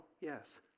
yes